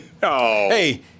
hey